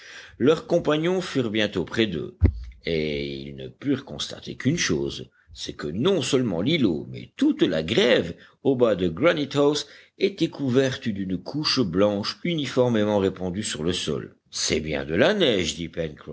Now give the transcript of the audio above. leurs compagnons furent bientôt près d'eux et ils ne purent constater qu'une chose c'est que non seulement l'îlot mais toute la grève au bas de granite house était couverte d'une couche blanche uniformément répandue sur le sol c'est bien de la neige